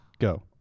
go